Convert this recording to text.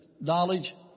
knowledge